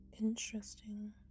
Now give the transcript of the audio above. Interesting